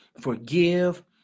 Forgive